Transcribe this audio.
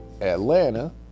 Atlanta